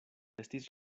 estis